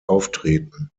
auftreten